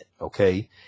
Okay